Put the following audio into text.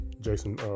Jason